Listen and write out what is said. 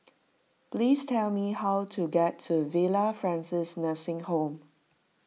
please tell me how to get to Villa Francis Nursing Home